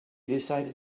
decided